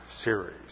series